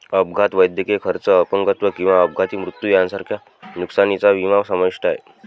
अपघात, वैद्यकीय खर्च, अपंगत्व किंवा अपघाती मृत्यू यांसारख्या नुकसानीचा विमा समाविष्ट आहे